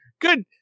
good